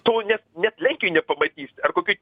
to net net lenkijoj nepamatysi ar kokioj